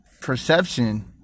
perception